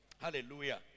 Hallelujah